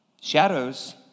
Shadows